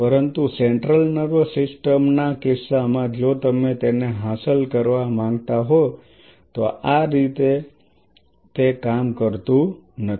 પરંતુ central nervous system ના કિસ્સામાં જો તમે તેને હાંસલ કરવા માંગતા હો તો આ તે રીતે કામ કરતું નથી